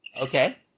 Okay